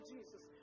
Jesus